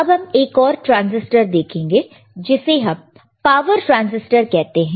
अब हम एक और ट्रांसिस्टर देखेंगे जिसे हम पावर ट्रांसिस्टर कहते हैं